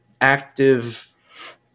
active